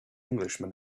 englishman